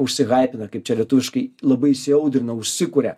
užsihaipina kaip čia lietuviškai labai įsiaudrina užsikuria